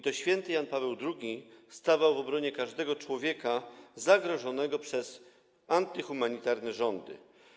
To św. Jan Paweł II stawał w obronie każdego człowieka zagrożonego przez antyhumanitarne rządy.